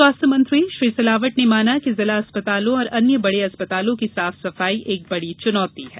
स्वास्थ्य मंत्री श्री सिलावट ने माना कि जिला अस्पतालों और अन्य बड़े अस्पतालों की साफ सफाई एक बड़ी चुनौती है